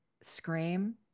scream